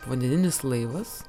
povandeninis laivas